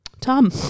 Tom